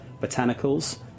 botanicals